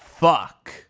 fuck